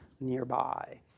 nearby